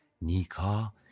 Nika